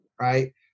right